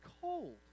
cold